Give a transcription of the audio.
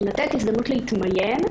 לתת הזדמנות להתמיין.